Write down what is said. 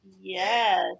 Yes